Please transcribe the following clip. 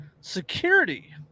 security